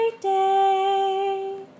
day